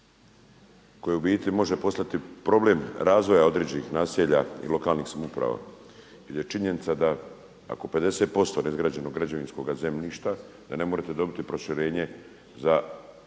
koje u biti može postati problem razvoja određenih naselja i lokalnih samouprava. Jer je činjenica da ako 50 posto neizgrađenog građevinskoga zemljišta, da ne možete dobiti proširenje za nekoga